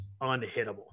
unhittable